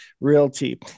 Realty